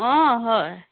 অঁ হয়